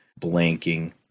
blanking